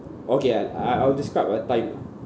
okay I I I'll describe a time